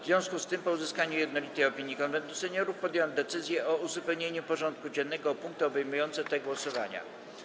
W związku z tym, po uzyskaniu jednolitej opinii Konwentu Seniorów, podjąłem decyzję o uzupełnieniu porządku dziennego o punkty obejmujące te głosowania.